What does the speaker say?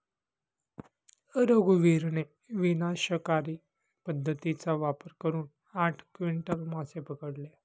रघुवीरने विनाशकारी पद्धतीचा वापर करून आठ क्विंटल मासे पकडले